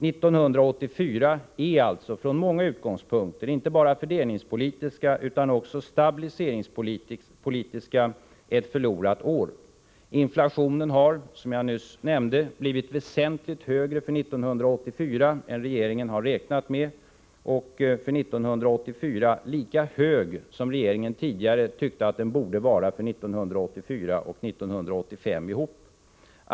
1984 är alltså från många utgångspunkter, Onsdagen den inte bara fördelningspolitiska utan också stabiliseringspolitiska, ett förlorat 12 december 1984 år. Inflationen har, som jag nyss nämnde, blivit väsentligt högre för 1984 än regeringen räknat med, ja t.o.m. högre än regeringen tidigare ansåg att den borde vara för 1984 och 1985 tillsammans.